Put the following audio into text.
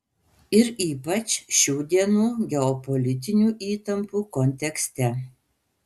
ir ypač šių dienų geopolitinių įtampų kontekste